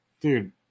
Dude